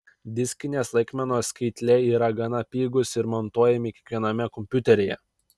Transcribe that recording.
diskinės laikmenos skaitliai yra gana pigūs ir montuojami kiekviename kompiuteryje